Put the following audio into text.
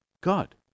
God